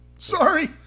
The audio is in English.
Sorry